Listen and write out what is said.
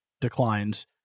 declines